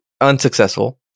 Unsuccessful